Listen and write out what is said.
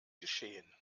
geschehen